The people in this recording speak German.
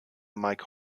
mike